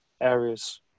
areas